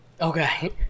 Okay